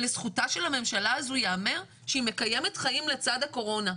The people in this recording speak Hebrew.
ולזכותה של הממשלה הזו ייאמר שהיא מקיימת חיים לצד הקורונה.